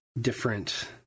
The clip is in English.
different